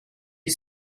you